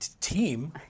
team